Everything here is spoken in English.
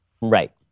Right